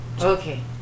Okay